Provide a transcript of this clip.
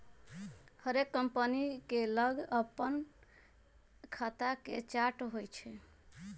हरेक कंपनी के लग अप्पन खता के चार्ट होइ छइ